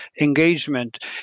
engagement